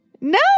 No